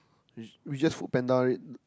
we we just Foodpanda it